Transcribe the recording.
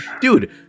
dude